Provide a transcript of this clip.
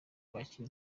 kwakira